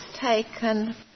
taken